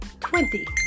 Twenty